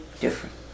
different